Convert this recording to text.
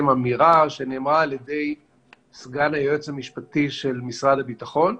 אמירה שנאמרה על ידי סגן היועץ המשפטי של משרד הביטחון,